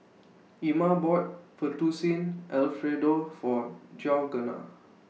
Ima bought Fettuccine Alfredo For Georganna